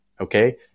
okay